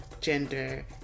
gender